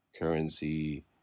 currency